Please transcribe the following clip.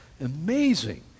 Amazing